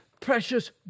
precious